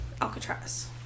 Alcatraz